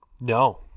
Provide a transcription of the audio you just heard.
no